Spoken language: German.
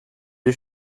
die